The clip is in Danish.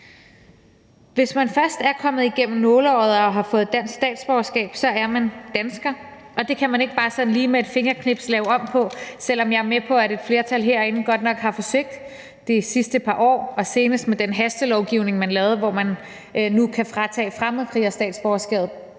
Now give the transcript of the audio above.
Hvis man først er kommet igennem nåleøjet og har fået dansk statsborgerskab, er man dansker, og det kan man ikke bare sådan lige lave om på med et fingerknips, selv om jeg er med på, at et flertal herinde godt nok har forsøgt det de sidste par år og senest med den hastelovgivning, man lavede, hvor man nu kan fratage fremmedkrigere statsborgerskabet